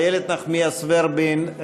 איילת נחמיאס ורבין,